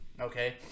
Okay